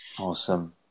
Awesome